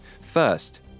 First